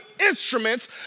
instruments